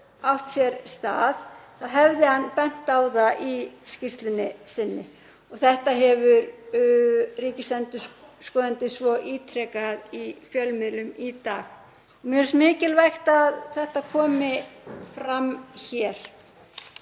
átt sér stað hefði hann bent á það í skýrslu sinni. Þetta hefur ríkisendurskoðandi svo ítrekað í fjölmiðlum í dag. Mér finnst mikilvægt að þetta komi fram hér,